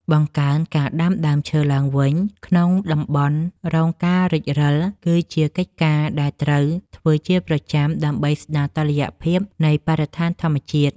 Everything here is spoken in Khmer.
បង្កើនការដាំដើមឈើឡើងវិញក្នុងតំបន់រងការរេចរឹលគឺជាកិច្ចការដែលត្រូវធ្វើជាប្រចាំដើម្បីស្ដារតុល្យភាពនៃបរិស្ថានធម្មជាតិ។